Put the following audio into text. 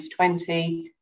2020